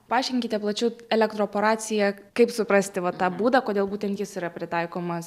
paaiškinkite plačiau elektroporaciją kaip suprasti va tą būdą kodėl būtent jis yra pritaikomas